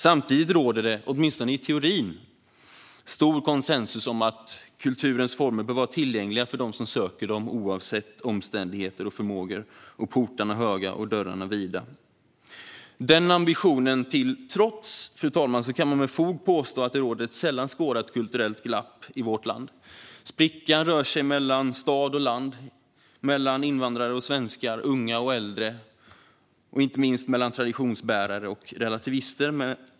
Samtidigt råder, i alla fall i teorin, stor konsensus om att kulturens former bör vara tillgängliga för dem som söker dem oavsett omständigheter och förmågor - portarna höga och dörrarna vida. Fru talman! Den ambitionen till trots kan man med fog påstå att det råder ett sällan skådat kulturellt glapp i vårt land. Sprickan rör sig mellan stad och land, mellan invandrare och svenskar, mellan unga och äldre och inte minst mellan traditionsbärare och relativister.